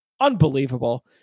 Unbelievable